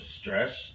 stress